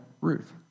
Ruth